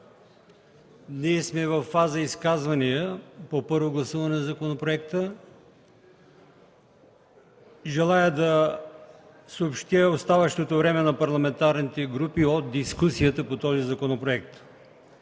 Ние сме във фаза изказвания по първо гласуване на законопроекта. Желая да съобщя оставащото време на парламентарните групи от дискусията по този законопроект.